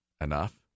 Enough